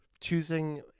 choosing